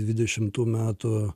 dvidešimt metų